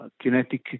kinetic